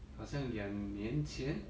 好像两年前